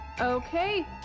Okay